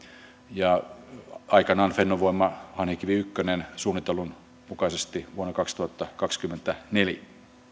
ja aikanaan fennovoima hanhikivi yhden suunnitellun mukaisesti vuonna kaksituhattakaksikymmentäneljä